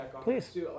please